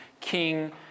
King